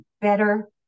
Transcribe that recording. better